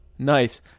Nice